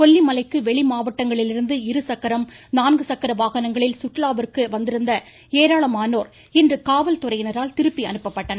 கொல்லிமலைக்கு வெளி மாவட்டங்களிலிருந்து இருசக்கரம் நான்கு சக்கர வானங்களில் சுற்றுலாவிந்கு அங்கு வந்திருந்த ஏராளமனோர் இன்று காவல்துறையினரால் திருப்பி அனுப்பப்பட்டனர்